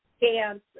dance